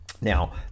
Now